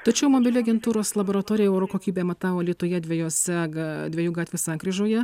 tačiau mobili agentūros laboratorija oro kokybę matavo alytuje dvejose ga dviejų gatvių sankryžoje